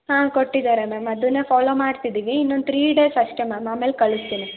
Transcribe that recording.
ಹಾಂ ಕೊಟ್ಟಿದ್ದಾರೆ ಮ್ಯಾಮ್ ಅದನ್ನ ಫಾಲೋ ಮಾಡ್ತಿದ್ದೀವಿ ಇನ್ನೊಂದು ತ್ರೀ ಡೇಸ್ ಅಷ್ಟೇ ಮ್ಯಾಮ್ ಆಮೇಲೆ ಕಳಿಸ್ತೀನಿ